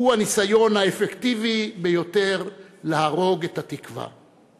הוא הניסיון האפקטיבי ביותר להרוג את התקווה.